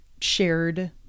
shared